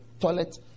toilet